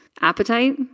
appetite